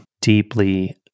deeply